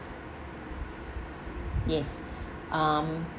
yes um